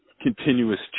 continuous